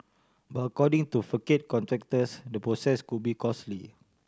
but according to facade contractors the process could be costly